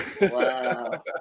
Wow